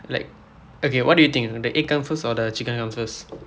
like okay what do you think the egg come first or the chicken come first